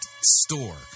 store